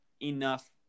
enough